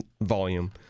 volume